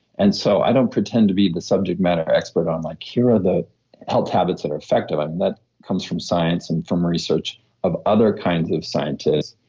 and so i don't pretend to be the subject matter expert on like here are the health habits that are effective. that comes from science and from research of other kinds of scientists.